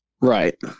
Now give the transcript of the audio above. right